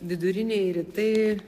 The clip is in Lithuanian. viduriniai rytai